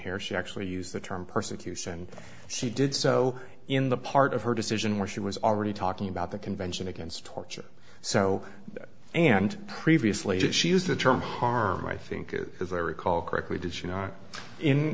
here she actually used the term persecution she did so in the part of her decision where she was already talking about the convention against torture so and previously did she use the term harm i think is as i recall correctly did she not in